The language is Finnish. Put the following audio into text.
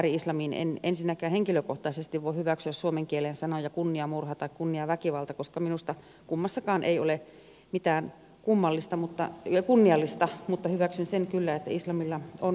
en ensinnäkään henkilökohtaisesti voi hyväksyä suomen kielen sanoja kunniamurha tai kunniaväkivalta koska minusta kummassakaan ei ole mitään kunniallista mutta hyväksyn sen kyllä että islamilla on monet kasvot